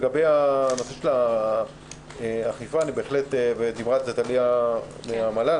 לגבי האכיפה דיברה על זה טליה לנקרי מן המל"ל.